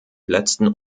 letzten